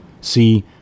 See